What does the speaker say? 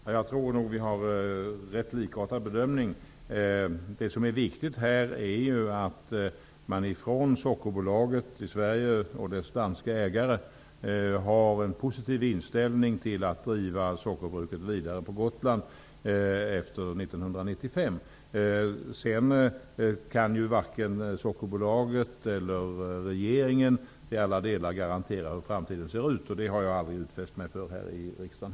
Fru talman! Jag tror nog att vi har rätt likartade bedömningar. Det som är viktigt här är ju att man från Sockerbolaget i Sverige och dess danska ägare har en positiv inställning till att driva sockerbruket vidare på Gotland efter 1995. Dock kan varken Sockerbolaget eller regeringen till alla delar garantera hur framtiden kommer att se ut, och det har jag heller aldrig gjort några utfästelser om här i riksdagen.